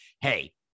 Hey